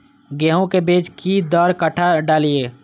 गेंहू के बीज कि दर कट्ठा डालिए?